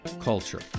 culture